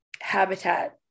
habitat